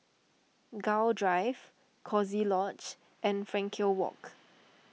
Gul Drive Coziee Lodge and Frankel Walk